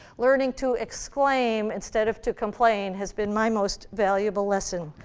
learning to exclaim instead of to complain has been my most valuable lesson.